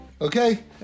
Okay